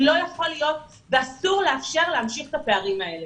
כי אסור לאפשר להמשיך את הפערים האלה.